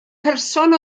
person